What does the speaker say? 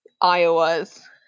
Iowa's